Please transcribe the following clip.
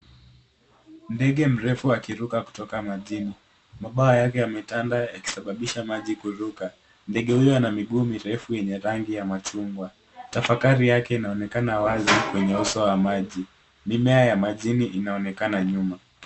Ndege mrefu akiruka kutoka majini. Mabawa yake yametanda yakisababisha maji kuruka. Ndege huyu ana miguu mirefu yenye rangi ya machungwa. Tafakari yake inaonekanawazi kwenye uso wa maji. Mimea ya majini inaoenekana nyuma.